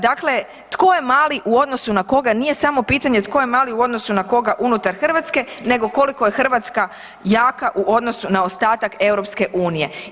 Dakle, tko je mali u odnosu na koga nije samo pitanje tko je mali u odnosu na koga unutar Hrvatske nego koliko je Hrvatska jaka u odnosu na ostatak EU-a.